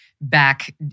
back